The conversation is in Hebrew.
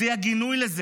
הוציאה לזה